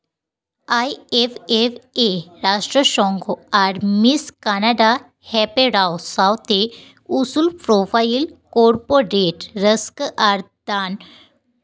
I F F A ᱨᱟᱥᱴᱨᱚ ᱥᱚᱝᱜᱷᱚ ᱟᱨ ᱢᱤᱥ ᱠᱟᱱᱟᱰᱟ ᱦᱮᱯᱮᱨᱟᱣ ᱥᱟᱶᱛᱮ ᱩᱥᱩᱞ ᱯᱨᱳᱯᱷᱟᱭᱤᱞ ᱠᱳᱨᱯᱳᱨᱮ ᱴ ᱨᱟᱹᱥᱠᱟᱹ ᱟᱨ ᱛᱟᱱ